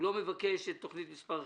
הוא לא מבקש את תכנית מספר 1,